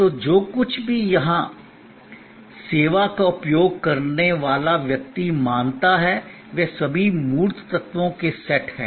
तो जो कुछ भी यहां सेवा का उपयोग करने वाला व्यक्ति मानता है वे सभी मूर्त तत्वों के सेट हैं